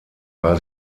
war